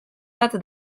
bat